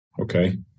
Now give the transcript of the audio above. Okay